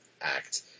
act